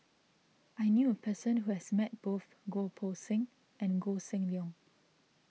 I knew a person who has met both Goh Poh Seng and Koh Seng Leong